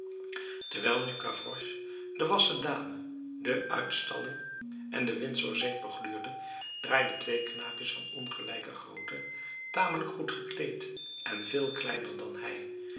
terwijl nu gavroche de wassen dame de uitstalling en de windsor zeep begluurde draaiden twee knaapjes van ongelijke grootte tamelijk goed gekleed en veel kleiner dan hij